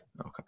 Okay